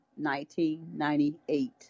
1998